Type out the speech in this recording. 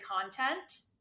content